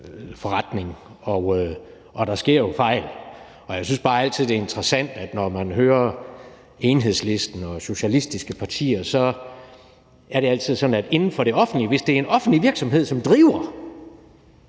forretning, og der sker jo fejl. Jeg synes bare altid, det er interessant, at når man hører Enhedslisten og socialistiske partier, så er det altid sådan, at hvis det er en offentlig virksomhed, som driver